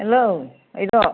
hello बायद'